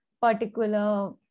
particular